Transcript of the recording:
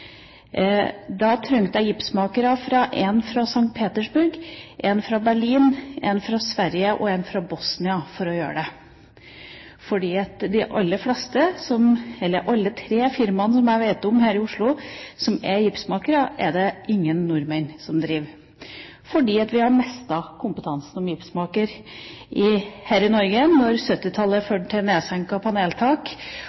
Da trengte jeg gipsmakere, én fra St. Petersburg, én fra Berlin, én fra Sverige og én fra Bosnia for å gjøre det. Alle de tre firmaene som jeg vet om her i Oslo hvor det er gipsmakere, er det ingen nordmenn som driver, fordi vi mistet kompetansen som gipsmakere her i Norge da 1970-tallet førte til nedsenkede paneltak. Når